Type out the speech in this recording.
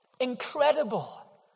Incredible